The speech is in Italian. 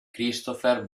christopher